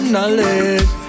knowledge